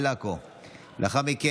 אם כן,